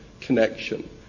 connection